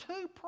two